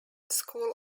school